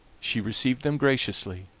she received them graciously,